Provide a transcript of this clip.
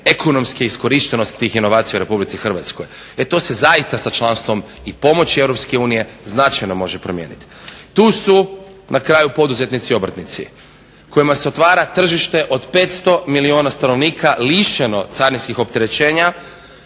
ekonomske iskorištenosti tih inovacija u Republici Hrvatskoj. E to se zaista sa članstvom i pomoći Europske unije značajno može promijeniti. Tu su na kraju poduzetnici obrtnici kojima se otvara tržište od 500 milijuna stanovnika lišeno carinskih opterećenja,